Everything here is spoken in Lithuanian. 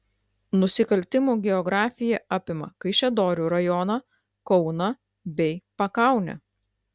nusikaltimų geografija apima kaišiadorių rajoną kauną bei pakaunę